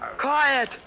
Quiet